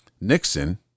Nixon